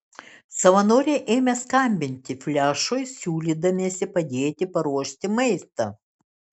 savanoriai ėmė skambinti flešui siūlydamiesi padėti paruošti maistą